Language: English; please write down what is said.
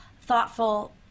thoughtful